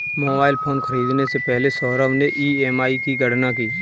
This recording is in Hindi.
मोबाइल फोन खरीदने से पहले सौरभ ने ई.एम.आई की गणना की